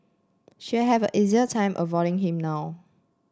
she'll have a easier time avoiding him now